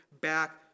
back